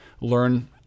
learn –